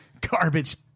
Garbage